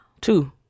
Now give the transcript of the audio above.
Two